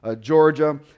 Georgia